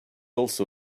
also